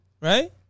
Right